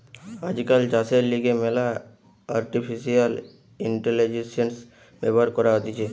আজকাল চাষের লিগে ম্যালা আর্টিফিশিয়াল ইন্টেলিজেন্স ব্যবহার করা হতিছে